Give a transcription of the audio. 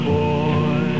boy